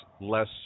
less